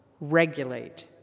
regulate